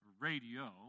radio